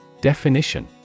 Definition